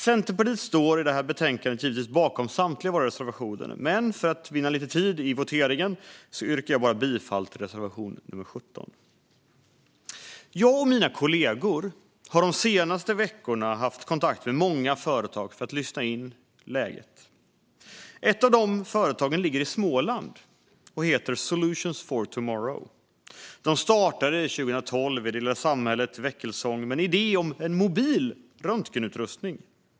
Centerpartiet står givetvis bakom samtliga våra reservationer i betänkandet, men för att vinna lite tid vid voteringen yrkar jag bifall enbart till reservation nr 17. Jag och mina kollegor har under de senaste veckorna haft kontakt med många företag för att lyssna in läget. Ett av de företagen ligger i Småland och heter Solutions for Tomorrow. De startade 2012 i det lilla samhället Väckelsång med en idé om mobil röntgenutrustning.